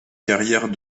carrière